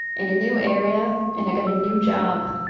in a new area, and i got a new job.